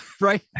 right